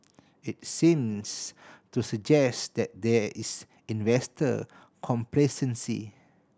it seems to suggest that there is investor complacency